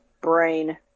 brain